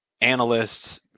analysts